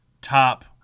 top